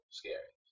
scary